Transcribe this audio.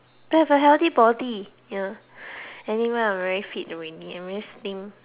to have a healthy body you know anyway I very fit already I very slim